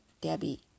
Debbie